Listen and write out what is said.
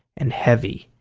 and heavy,